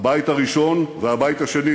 הבית הראשון והבית השני,